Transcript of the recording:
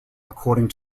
according